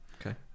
Okay